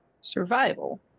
Survival